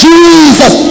Jesus